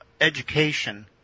education